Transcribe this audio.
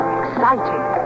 exciting